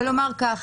ולומר כך: